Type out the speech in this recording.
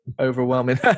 overwhelming